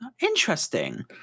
Interesting